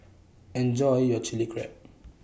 Enjoy your Chili Crab